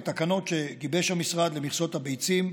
בתקנות שגיבש המשרד למכסות הביצים,